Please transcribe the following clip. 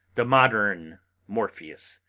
the modern morpheus